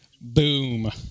boom